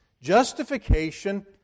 justification